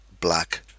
black